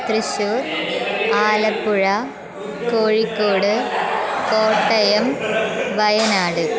Thrissur Alapuram Kozhikode Kottayam Wayanad